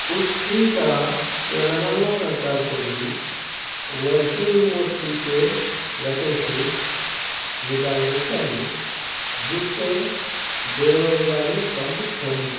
اسی طرح تلنگانہ سرکار کو بھی ورکنگ ریموٹلی کے ویکنسیز نکالنے چاہیے جس سے بےروزگاری کم ہوگی